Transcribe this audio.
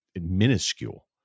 minuscule